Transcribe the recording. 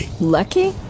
Lucky